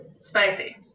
Spicy